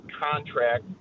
contract